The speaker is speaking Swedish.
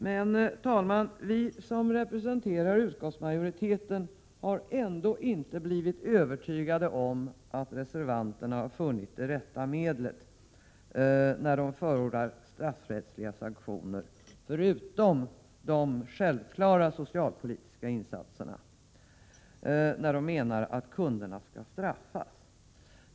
Men vi som representerar utskottsmajoriteten har ändå inte blivit övertygade om att reservanterna har funnit det rätta medlet när de förordar straffrättsliga sanktioner, förutom de självklara socialpolitiska insatserna, och anser att kunderna skall straffas.